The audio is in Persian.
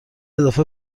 اضافه